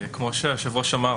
כמו שהיושב-ראש אמר,